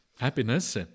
happiness